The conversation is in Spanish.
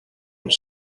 los